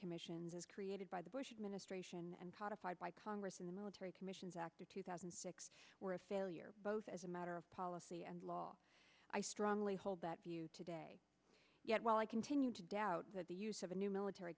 commissions was created by the bush administration and codified by congress in the military commissions act of two thousand and six where a failure both as a matter of policy and law i strongly hold that view today yet while i continue doubt that the use of a new military